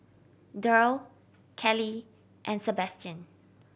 Derl Callie and Sabastian